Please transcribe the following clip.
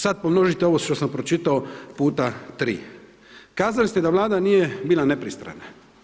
Sad pomnožite ovo što sam pročitao puta 3. Kazali ste da Vlada nije bila nepristrana.